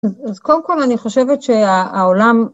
אז קודם כל אני חושבת שהעולם